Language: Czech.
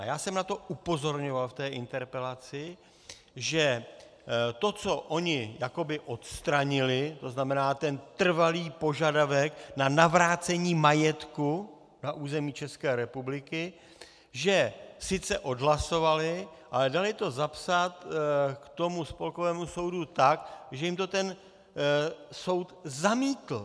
Já jsem na to upozorňoval v interpelaci, že to, co oni jakoby odstranili, to znamená trvalý požadavek na navrácení majetku na území České republiky, že sice odhlasovali, ale dali to zapsat ke spolkovému soudu tak, že jim to soud zamítl.